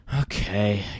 Okay